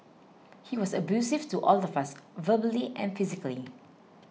he was abusive to all of us verbally and physically